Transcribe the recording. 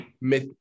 mais